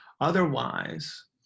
Otherwise